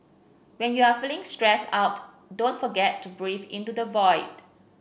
when you are feeling stressed out don't forget to breathe into the void